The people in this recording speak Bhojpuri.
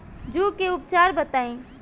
जूं के उपचार बताई?